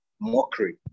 mockery